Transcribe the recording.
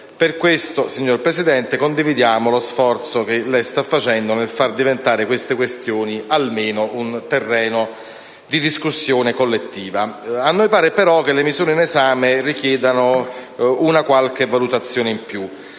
Per questo, signor Presidente, condividiamo lo sforzo che lei sta sostenendo nel far diventare queste questioni almeno un terreno di discussione collettiva. A noi però che le misure in esame richiedano una qualche ulteriore